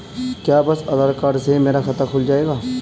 क्या बस आधार कार्ड से ही मेरा खाता खुल जाएगा?